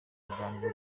biganiro